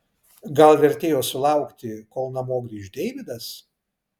gal vertėjo sulaukti kol namo grįš deividas